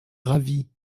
ravi